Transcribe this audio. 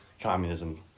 communism